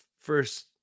first